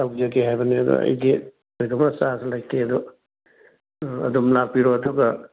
ꯇꯧꯖꯒꯦ ꯍꯥꯏꯕꯅꯤ ꯑꯗꯣ ꯑꯩꯗꯤ ꯊꯣꯏꯗꯣꯛꯅ ꯆꯥꯔꯖ ꯂꯩꯇꯦ ꯑꯗꯣ ꯑꯗꯨꯝ ꯂꯥꯛꯄꯤꯔꯣ ꯑꯗꯨꯒ